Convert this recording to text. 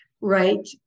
right